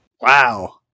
wow